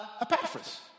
Epaphras